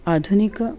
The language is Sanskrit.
आधुनिके